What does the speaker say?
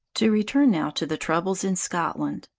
to return now to the troubles in scotland.